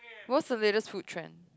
what's the latest food trend